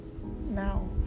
Now